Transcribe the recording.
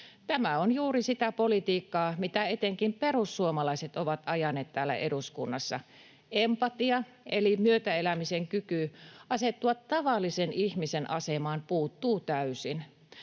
Tämä on juuri sitä politiikkaa, mitä etenkin perussuomalaiset ovat ajaneet täällä eduskunnassa. Empatia eli myötäelämisen kyky asettua tavallisen ihmisen asemaan puuttuu täysin.